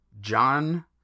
John